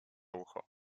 ucho